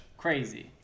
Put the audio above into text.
Crazy